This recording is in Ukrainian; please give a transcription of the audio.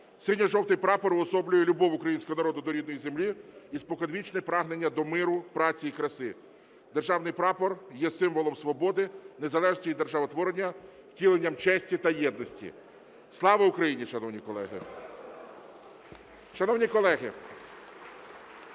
Синьо-жовтий прапор уособлює любов українського народу до рідної землі і споконвічне прагнення до миру, праці і краси. Державний прапор є символом свободи, незалежності і державотворення, втіленням честі та єдності. Слава Україні, шановні колеги!